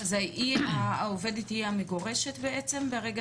אז העובדת מגורשת בעצם?